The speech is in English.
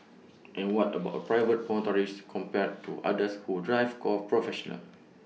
and what about A private motorist compared to others who drive goal professional